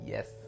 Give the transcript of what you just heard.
Yes